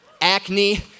acne